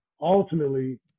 Ultimately